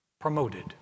Promoted